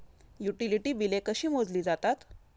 Utility बिले कशी मोजली जातात?